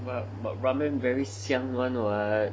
but but ramen very 香 one what